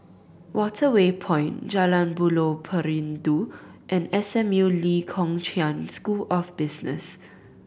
Waterway Point Jalan Buloh Perindu and S M U Lee Kong Chian School of Business